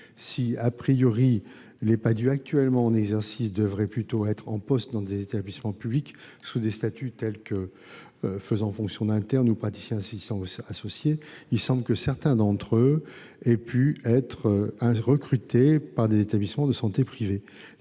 Si,, les Padhue actuellement en exercice devraient plutôt être en poste dans les établissements publics, sous des statuts tels que celui de médecin faisant fonction d'interne ou de praticien assistant associé, il semble que certains d'entre eux aient pu être recrutés par des établissements de santé privés.